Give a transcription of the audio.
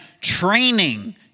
training